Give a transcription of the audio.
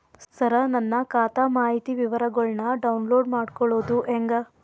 ಸರ ನನ್ನ ಖಾತಾ ಮಾಹಿತಿ ವಿವರಗೊಳ್ನ, ಡೌನ್ಲೋಡ್ ಮಾಡ್ಕೊಳೋದು ಹೆಂಗ?